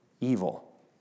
evil